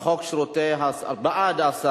סעיפים 1 4 נתקבלו.